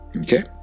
Okay